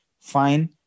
fine